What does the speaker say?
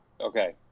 Okay